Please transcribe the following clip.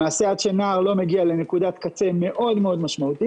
למעשה עד שנער לא מגיע לנקודת קצה מאוד משמעותית,